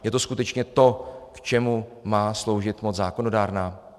Je to skutečně to, čemu má sloužit moc zákonodárná?